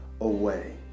away